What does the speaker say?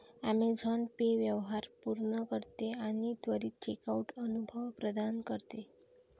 Amazon Pay व्यवहार पूर्ण करते आणि त्वरित चेकआउट अनुभव प्रदान करते